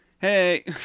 Hey